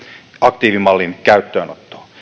aktiivimallin käyttöönottoon